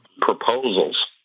proposals